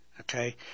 Okay